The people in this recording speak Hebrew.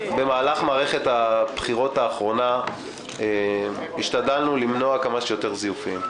במהלך מערכת הבחירות האחרונה השתדלנו למנוע כמה שיותר זיופים.